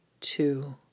two